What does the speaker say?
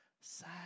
sad